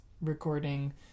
recording